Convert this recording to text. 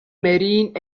marine